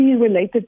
related